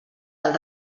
del